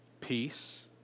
peace